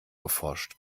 geforscht